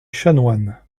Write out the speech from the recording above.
chanoine